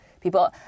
people